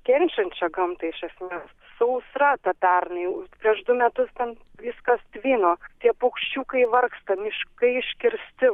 kenčiančią gamtą iš esmės sausra ta pernai prieš du metus ten viskas tvino tie paukščiukai vargsta miškai iškirsti